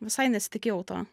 visai nesitikėjau to